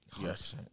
Yes